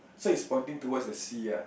so it's pointing towards the sea ah